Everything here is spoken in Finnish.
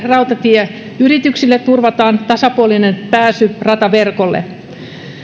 rautatieyrityksille turvataan tasapuolinen pääsy rataverkolle